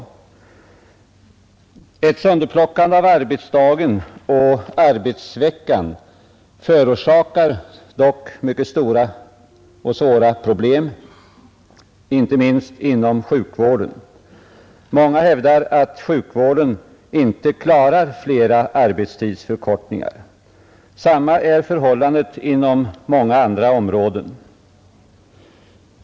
Sänkning av den Ett sönderplockande av arbetsdagen och arbetsveckan förorsakar dock = allmänna pensionsmycket stora och svåra problem, inte minst inom sjukvården. Många åldern hävdar att sjukvården inte klarar flera arbetstidsförkortningar. Samma är förhållandet inom många andra områden.